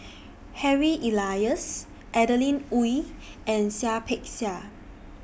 Harry Elias Adeline Ooi and Seah Peck Seah